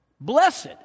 Blessed